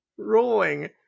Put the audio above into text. rolling